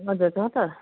हजुर छ त